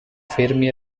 fermi